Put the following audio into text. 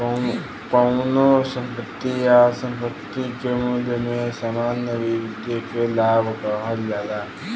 कउनो संपत्ति या संपत्ति के मूल्य में सामान्य वृद्धि के लाभ कहल जाला